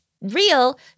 real